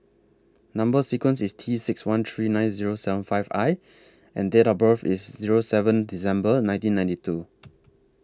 Number sequence IS T six one three nine Zero seven five I and Date of birth IS Zero seven December nineteen ninety two